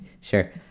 sure